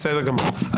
בסדר גמור.